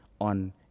on